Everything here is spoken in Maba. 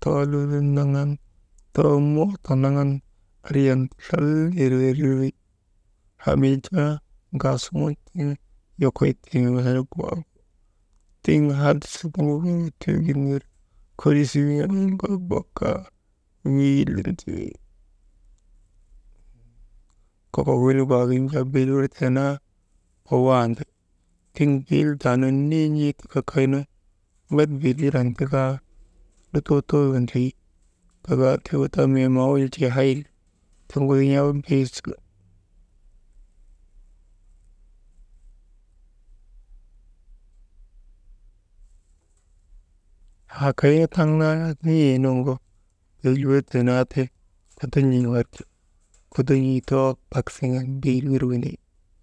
too lulun naŋan, too mooto naŋan andriyan, lallnireerir wi, haa mii jaa ŋaasuŋun tiŋ lokoytee nu, tiŋ siŋ wet tiyogin ner kolisii wenin kaa baka wii kokok wenik waagin jaa biiil wirtee naa wawaandi, tiŋ bildaanu niin̰ee tika kay nu met bil wiran tikaa, lutoo too windrii, gagaatiyoonu mii maawun jo hay. Haa kaynu taŋ naa n̰iyee nuŋgu bilwirtee naati kodon̰ii warki, kodon̰ii too bak siŋen bil wir indi.